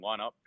lineup